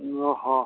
ᱦᱮᱸ